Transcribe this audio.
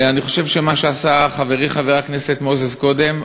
אני חושב שמה שעשה חברי חבר הכנסת מוזס קודם,